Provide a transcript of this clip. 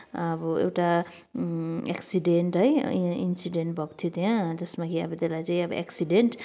अब एउटा एक्सिडेन्ट है इन्सिडेन्ट भएको थियो त्यहाँ जसमा कि अब त्यसलाई चाहिँ अब एक्सिडेन्ट